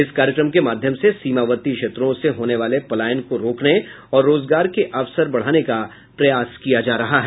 इस कार्यक्रम के माध्यम से सीमावर्ती क्षेत्रों से होने वाले पलायन को रोकने और रोजगार के अवसर बढ़ाने का प्रयास किया जा रहा है